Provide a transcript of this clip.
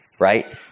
Right